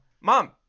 Mom